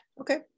Okay